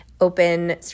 open